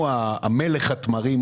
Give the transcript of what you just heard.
הוא מלך התמרים,